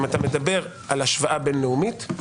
אם אתה מדבר על השוואה בין-לאומית.